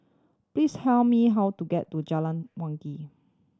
please tell me how to get to Jalan Wangi